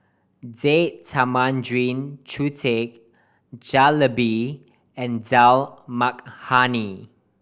Date Tamarind Chutney Jalebi and Dal Makhani